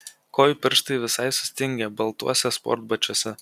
kojų pirštai visai sustingę baltuose sportbačiuose